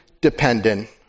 dependent